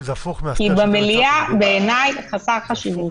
במליאה, כי במליאה בעיניי זה חסר חשיבות.